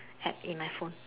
App in my phone